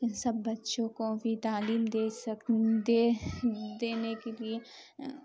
ان سب بچوں کو بھی تعلیم دے سکوں دے دینے کے لیے